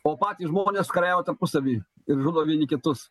o patys žmonės kariauja tarpusavy ir žudo vieni kitus